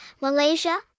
Malaysia